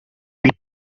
bit